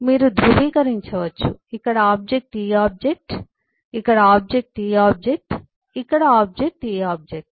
మీరు ధృవీకరించవచ్చు ఇక్కడ ఆబ్జెక్ట్ ఈ ఆబ్జెక్ట్ ఇక్కడ ఆబ్జెక్ట్ ఈ ఆబ్జెక్ట్ ఇక్కడ ఆబ్జెక్ట్ ఈ ఆబ్జెక్ట్